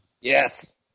Yes